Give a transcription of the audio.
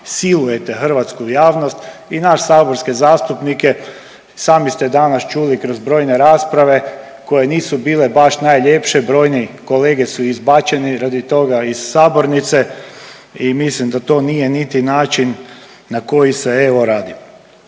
silujete hrvatsku javnost i naš saborske zastupnike, sami ste danas čuli kroz brojne rasprave koje nisu bile baš najljepše, brojni kolege su izbačeni radi toga iz sabornice i mislim da to nije niti način na koji se, evo, radi.